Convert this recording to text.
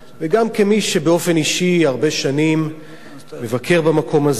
וגם כמי שבאופן אישי הרבה שנים מבקר במקום הזה,